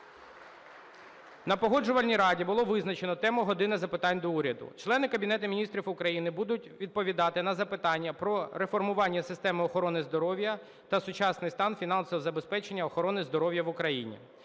На Погоджувальній раді було визначено тему "години запитань до Уряду". Члени Кабінету Міністрів України будуть відповідати на запитання про реформування системи охорони здоров'я та сучасний стан фінансового забезпечення охорони здоров'я в України.